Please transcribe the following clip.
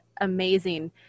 amazing